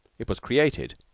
it was created,